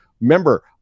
remember